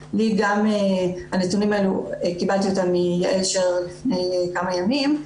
קיבלתי את הנתונים האלה מיעל שרר לפני כמה ימים.